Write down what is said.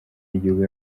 y’igihugu